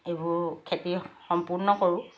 এইবোৰ খেতি সম্পূৰ্ণ কৰোঁ